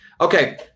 Okay